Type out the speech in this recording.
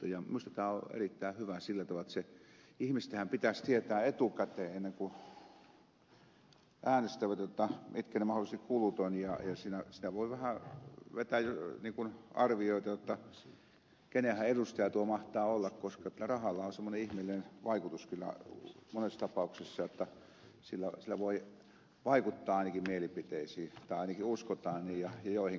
minusta tämä on erittäin hyvä sillä tavalla jotta ihmistenhän pitäisi tietää etukäteen ennen kuin äänestävät mitkä ne mahdolliset kulut ovat ja siinä voi vähän arvioida jotta kenenhän edustaja tuo mahtaa olla koska rahalla on semmoinen ihmeellinen vaikutus kyllä monessa tapauksessa jotta sillä voi vaikuttaa ainakin mielipiteisiin tai ainakin uskotaan niin ja joihinkin se ilmeisesti vaikuttaa